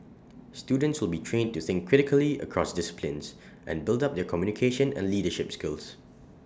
students will be trained to think critically across disciplines and build up their communication and leadership skills